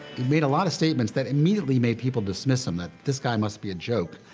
he made a lot of statements that immediately made people dismiss him, that this guy must be a joke,